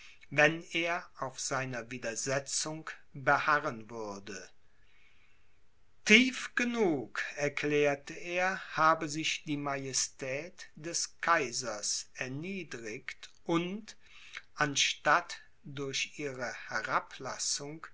wenn er auf seiner widersetzung beharren würde tief genug erklärte er habe sich die majestät des kaisers erniedrigt und anstatt durch ihre herablassung